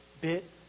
bit